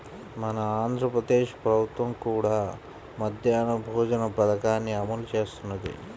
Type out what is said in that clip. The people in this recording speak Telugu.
మన ఆంధ్ర ప్రదేశ్ ప్రభుత్వం కూడా మధ్యాహ్న భోజన పథకాన్ని అమలు చేస్తున్నది